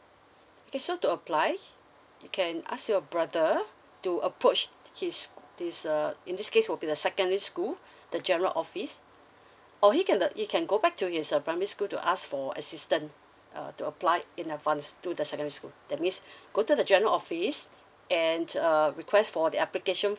okay so to apply you can ask your brother to approach his this uh in this case will be the secondary school the general office or he can uh he can go back to his primary school to ask for assistant uh to apply in advance to the secondary school that means go to the general office and uh request for the application